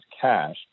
cash